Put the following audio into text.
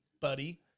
buddy